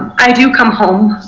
i do come home